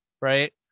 Right